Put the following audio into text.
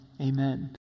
amen